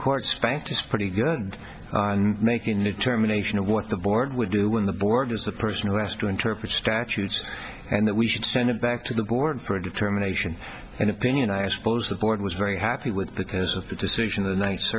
court spanked is pretty good on making new terminations of what the board would do when the board is the person who asked to interpret statutes and that we should send it back to the board for a determination an opinion i suppose the court was very happy with the case with the decision the ni